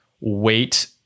wait